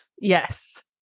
Yes